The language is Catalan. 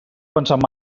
pensat